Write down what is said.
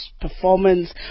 performance